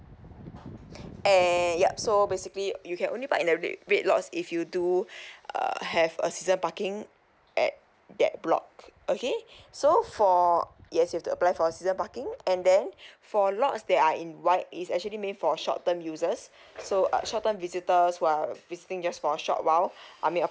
and yup so basically you can only park in the red red lots if you do uh have a season parking at that block okay so for yes you have apply for season parking and then for lots that are in white is actually meant for short term uses so uh short term visitors who are visiting just for a short while I mean